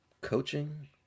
coaching